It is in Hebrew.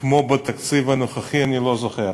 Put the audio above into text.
כמו בתקציב הנוכחי אני לא זוכר.